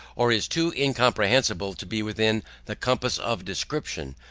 or is too incomprehensible to be within the compass of description,